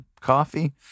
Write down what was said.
coffee